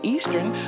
Eastern